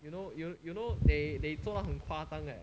you know you you know they they 做到很夸张 leh